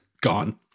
gone